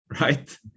Right